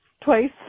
twice